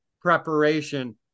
preparation